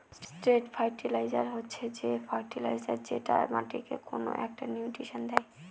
straight fertiliser হচ্ছে যে fertiliser যেটা মাটিকে কোনো একটা নিউট্রিশন দেয়